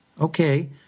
Okay